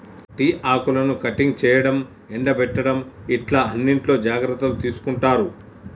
tea ఆకులను cutting చేయడం, ఎండపెట్టడం ఇట్లా అన్నిట్లో జాగ్రత్తలు తీసుకుంటారు